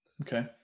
Okay